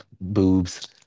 Boobs